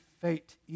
fate